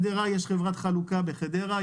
יש חברת חלוקה בחדרה.